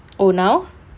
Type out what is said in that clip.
oh now